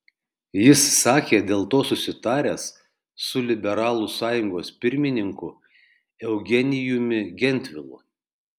jis sakė dėl to susitaręs su liberalų sąjungos pirmininku eugenijumi gentvilu